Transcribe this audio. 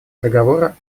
договора